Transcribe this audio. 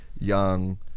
young